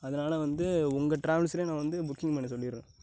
அதனால் வந்து உங்க டிராவல்ஸுலியே நான் வந்து புக்கிங் பண்ண சொல்லிடறேன்